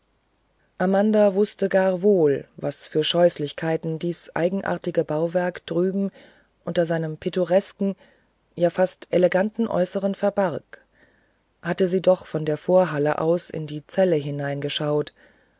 amanda wußte gar wohl was für scheußlichkeiten dies eigenartige bauwerk drüben unter seinem pittoresken ja fast eleganten äußeren verbarg hatte sie doch von der vorhalle aus in die zelle hineingeschaut